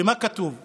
ומה כתוב שם?